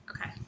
Okay